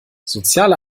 soziale